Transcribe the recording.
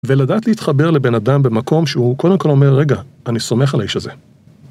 ולדעת להתחבר לבן אדם במקום שהוא קודם כל אומר: "רגע, אני סומך על האיש הזה".